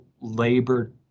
labor